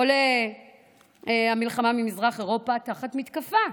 עולי המלחמה ממזרח אירופה תחת מתקפה.